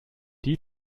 die